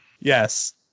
Yes